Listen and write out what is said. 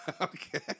Okay